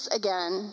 again